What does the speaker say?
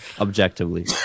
Objectively